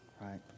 right